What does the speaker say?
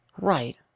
Right